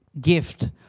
gift